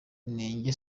inenge